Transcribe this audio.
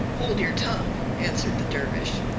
hold your tongue, answered the dervish.